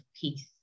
peace